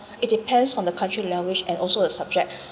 it depends on the country leverage and also the subject